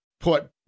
put